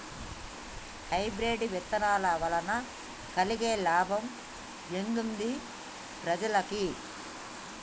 Hybrid విత్తనాల వలన కలిగే లాభం ఎంతుంది ప్రజలకి?